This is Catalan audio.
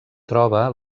troba